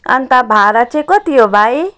अन्त भाडा चाहिँ कति हो भाइ